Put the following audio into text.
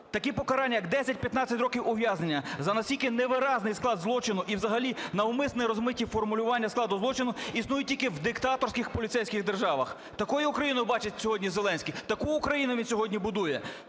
Такі покарання, як 10-15 років ув'язнення, за настільки невиразний склад злочину, і взагалі навмисно розмиті формулювання складу злочину існують тільки в диктаторських поліцейських державах. Такою Україну бачить сьогодні Зеленський? Таку Україну він сьогодні будує?